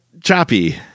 choppy